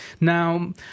now